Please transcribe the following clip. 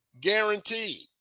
guaranteed